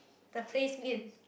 the place me and